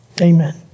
Amen